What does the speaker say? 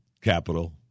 capital